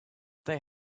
they